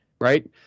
right